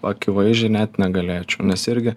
akivaizdžiai net negalėčiau nes irgi